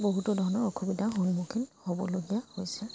বহুতো ধৰণৰ অসুবিধাৰ সন্মুখীন হ'বলগীয়া হৈছে